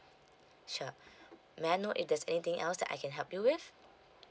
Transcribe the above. sure may I know if there's anything else that I can help you with